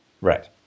right